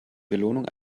belohnung